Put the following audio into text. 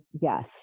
yes